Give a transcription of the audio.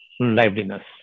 liveliness